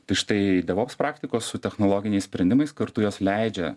tai štai devops praktikos su technologiniais sprendimais kartu jos leidžia